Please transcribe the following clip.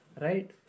right